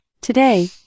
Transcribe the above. Today